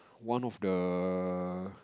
one of the